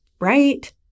right